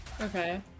Okay